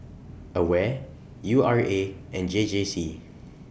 AWARE U R A and J J C